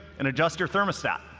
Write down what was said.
and adjust your thermostat.